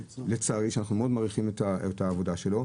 שאנחנו מאוד מעריכים את העבודה שלו,